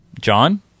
John